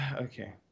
okay